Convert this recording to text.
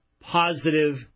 positive